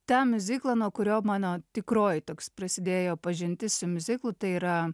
tą miuziklą nuo kurio mano tikroji toks prasidėjo pažintis su miuziklu tai yra